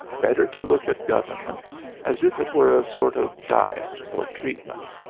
better to look at government as if it were a sort of diet or treatment.